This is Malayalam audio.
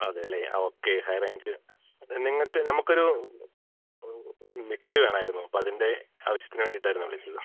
അതെയല്ലേ ആ ഓക്കെ ഹൈ റേഞ്ച് നിങ്ങള്ക്ക് നമ്മള്ക്കൊരു ഒരു മിക്സി വേണമായിരുന്നു അതിൻ്റെ ആവശ്യത്തിന് വേണ്ടിയിട്ടായിരുന്നു വിളിച്ചത്